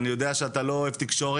ואני יודע שאתה לא אוהב תקשורת.